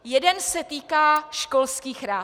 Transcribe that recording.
Jeden se týká školských rad.